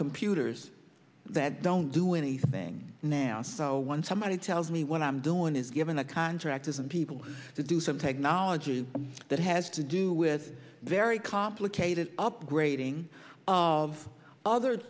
computers that don't do anything now so once somebody tells me what i'm doing is giving the contractors and people to do some technology that has to do with very complicated upgrading of other